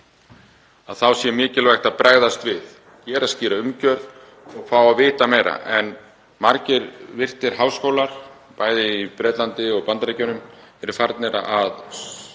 að það sé ólöglegt — að bregðast við, gera skýra umgjörð og fá að vita meira. Margir virtir háskólar, bæði í Bretlandi og Bandaríkjunum, eru farnir að